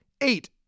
eight